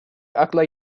akla